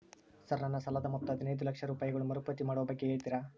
Sir ನನ್ನ ಸಾಲದ ಮೊತ್ತ ಹದಿನೈದು ಲಕ್ಷ ರೂಪಾಯಿಗಳು ಮರುಪಾವತಿ ಮಾಡುವ ಬಗ್ಗೆ ಹೇಳ್ತೇರಾ?